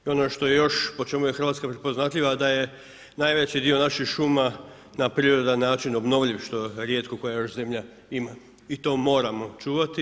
I ono po što je još, po čemu je Hrvatska prepoznatljiva da je najveći dio naših šuma na prirodan način obnovljiv što rijetko koja još zemlja ima i to moramo čuvati.